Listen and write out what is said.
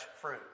fruit